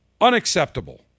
Unacceptable